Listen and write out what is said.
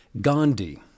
Gandhi